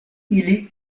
ili